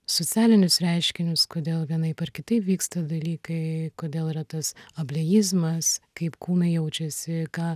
socialinius reiškinius kodėl vienaip ar kitaip vyksta dalykai kodėl yra tas ableizmas kaip kūnai jaučiasi ką